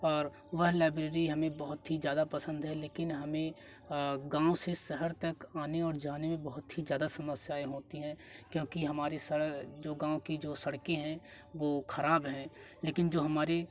और वह लाइब्रेरी हमें बहुत ही ज्यादा पसंद है लेकिन हमें गाँव से शहर तक आने और जाने में बहुत ही ज्यादा समस्याएँ होती हैं क्योंकि हमारे सर जो गाँव की जो सड़के हैं वो खराब है लेकिन जो हमारी